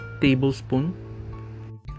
tablespoon